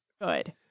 Good